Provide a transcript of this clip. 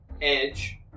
edge